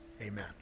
Amen